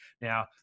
Now